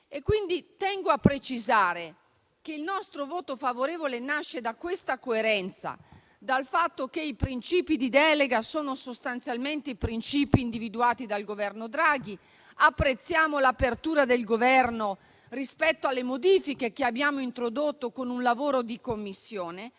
quindi a precisare che il nostro voto favorevole nasce da questa coerenza e dal fatto che i principi di delega sono sostanzialmente quelli individuati dal Governo Draghi. Apprezziamo l'apertura del Governo rispetto alle modifiche che abbiamo introdotto con il lavoro di Commissione.